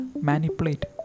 manipulate